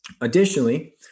Additionally